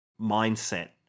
mindset